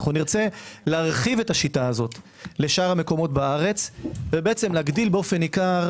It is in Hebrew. נרצה להרחיב את השיטה הזו לשאר המקומות בארץ ולהגדיל באופן ניכר